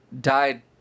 died